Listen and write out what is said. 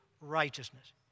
righteousness